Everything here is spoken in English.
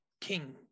king